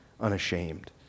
unashamed